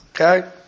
Okay